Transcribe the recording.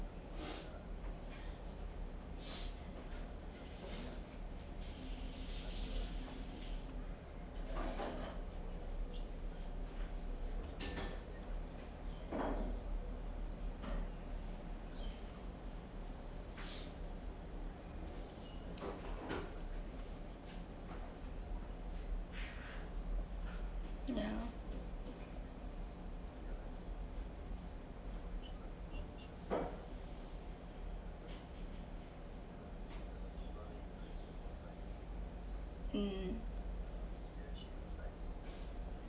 ya um